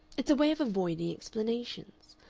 it's a way of avoiding explanations.